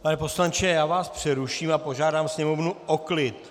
Pane poslanče, já vás přeruším a požádám sněmovnu o klid.